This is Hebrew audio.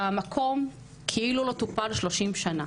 המקום כאילו לא טופל 30 שנה